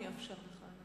אני אאפשר לך.